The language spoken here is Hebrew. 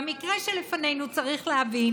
במקרה שלפנינו צריך להבין: